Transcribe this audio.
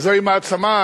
וזוהי מעצמה.